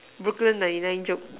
brooklyn ninety nine joke